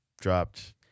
dropped